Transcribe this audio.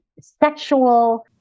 sexual